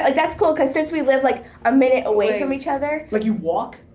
like that's cool cause since we live like a minute away from each other like you walk?